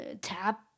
tap